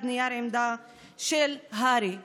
אני מחזיקה ביד נייר עמדה של הר"י,